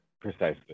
Precisely